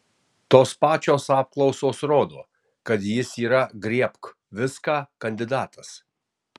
tos pačios apklausos rodo kad jis yra griebk viską kandidatas